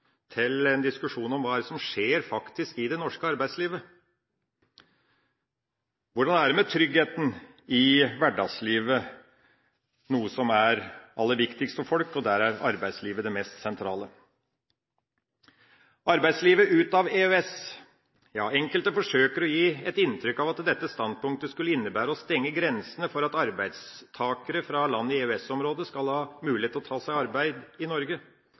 til en diskusjon om hva som faktisk skjer i det norske arbeidslivet. Hvordan er det med tryggheten i hverdagslivet? Det er aller viktigst for folk, og der er arbeidslivet det mest sentrale. Arbeidslivet ut av EØS – ja, enkelte forsøker å gi et inntrykk av at dette standpunktet skulle innebære å stenge grensene for at arbeidstakere fra land i EØS-området skal ha mulighet til å ta seg arbeid i Norge.